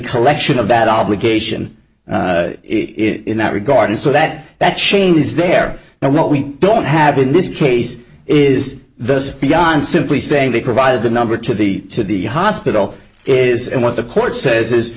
collection of that obligation in that regard and so that that changes there now what we don't have in this case is this beyond simply saying they provided the number to the to the hospital is and what the court says is